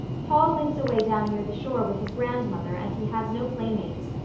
paul lives away down near the shore with his grandmother and he has no playmates.